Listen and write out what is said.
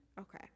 Okay